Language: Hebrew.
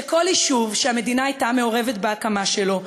שכל יישוב שהמדינה הייתה מעורבת בהקמה שלו,